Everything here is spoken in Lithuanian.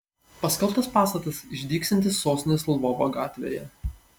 paskelbtas pastatas išdygsiantis sostinės lvovo gatvėje